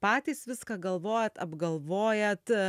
patys viską galvojat apgalvojat